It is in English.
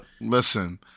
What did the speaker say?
Listen